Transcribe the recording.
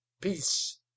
peace